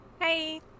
hey